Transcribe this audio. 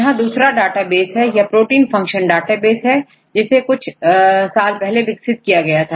यह दूसरा डेटाबेस है यह प्रोटीन फंक्शन डाटाबेस है जिसे हमने कुछ साल पहले विकसित किया था